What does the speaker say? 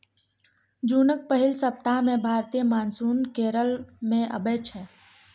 जुनक पहिल सप्ताह मे भारतीय मानसून केरल मे अबै छै